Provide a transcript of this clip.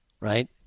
right